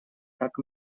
как